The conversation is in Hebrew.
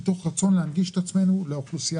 זאת מתוך רצון להנגיש את עצמנו לאוכלוסייה